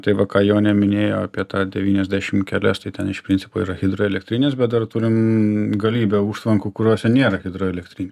tai va ką jonė minėjo apie tą devyniasdešimt kelias tai ten iš principo yra hidroelektrinės bet dar turim galybę užtvankų kuriose nėra hidroelektrinių